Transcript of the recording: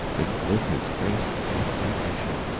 it lit his face with exultation.